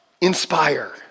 inspire